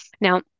Now